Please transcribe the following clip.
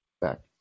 back